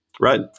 right